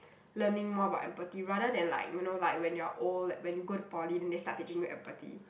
learning more about empathy rather than like you know like when you are old like when you go to poly then they start teaching you empathy